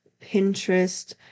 pinterest